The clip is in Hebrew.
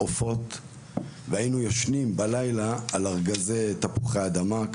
עופות והיינו ישנים בלילה על ארגזי תפוחי אדמה,